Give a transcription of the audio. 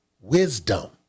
wisdom